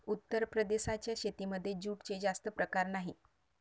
उत्तर प्रदेशाच्या शेतीमध्ये जूटचे जास्त प्रकार नाही